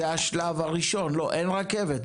לא, זה השלב הראשון, אין רכבת.